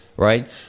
Right